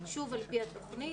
על פי התוכנית,